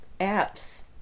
apps